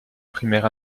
primaire